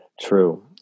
True